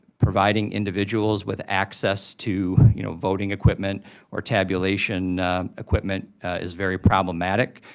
providing individuals with access to you know voting equipment or tabulation equipment is very problematic.